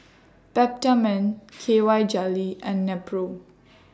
Peptamen K Y Jelly and Nepro